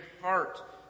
heart